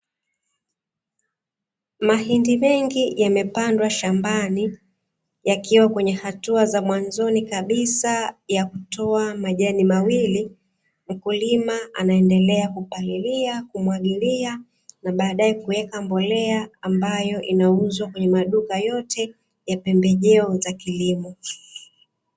Mahindi mengi yamepandwa shambani yakiwa kwenye hatua za mwanzoni kabisa ya kutoa majani mawili, mkulima anaendelea kupalilia kumwagilia na baadaye kuweka mbolea ambayo inauzwa kwenye maduka yote ya pembejeo za kilimo.